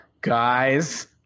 guys